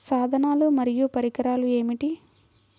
సాధనాలు మరియు పరికరాలు ఏమిటీ?